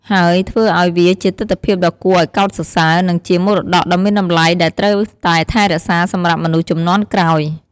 ហើយធ្វើឲ្យវាជាទិដ្ឋភាពដ៏គួរឱ្យកោតសរសើរ និងជាមរតកដ៏មានតម្លៃដែលត្រូវតែថែរក្សាសម្រាប់មនុស្សជំនាន់ក្រោយ។